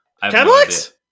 Cadillacs